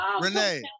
Renee